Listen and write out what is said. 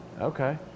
Okay